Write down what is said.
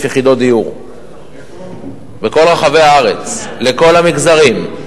יחידות דיור בכל רחבי הארץ לכל המגזרים.